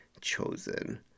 chosen